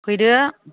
फैदो